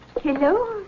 Hello